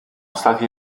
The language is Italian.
stati